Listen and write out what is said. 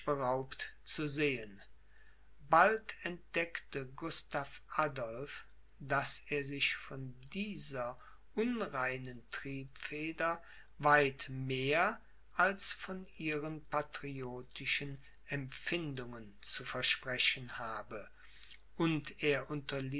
zu sehen bald entdeckte gustav adolph daß er sich von dieser unreinen triebfeder weit mehr als von ihren patriotischen empfindungen zu versprechen habe und er